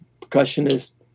percussionist